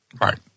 Right